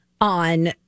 on